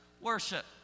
worship